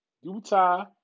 Utah